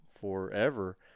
forever